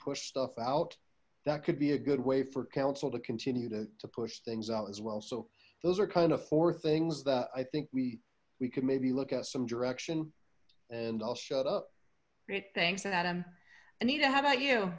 push stuff out that could be a good way for council to continue to push things out as well so those are kind of four things that i think we we could maybe look at some direction and i'll shut up great thanks adam anita how about you